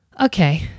okay